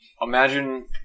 Imagine